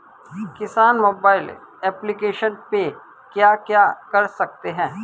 किसान mobile application पे क्या क्या कर सकते हैं?